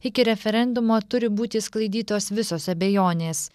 iki referendumo turi būti išsklaidytos visos abejonės